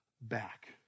back